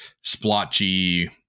splotchy